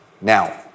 Now